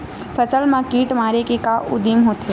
फसल मा कीट मारे के का उदिम होथे?